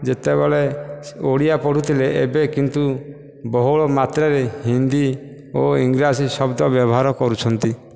ଯେତେବେଳେ ଓଡ଼ିଆ ପଢ଼ୁଥିଲେ ଏବେ କିନ୍ତୁ ବହୁଳ ମାତ୍ରାରେ ହିନ୍ଦୀ ଓ ଇଂରାଜୀ ଶବ୍ଦ ବ୍ୟବହାର କରୁଛନ୍ତି